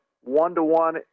one-to-one